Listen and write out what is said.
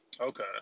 Okay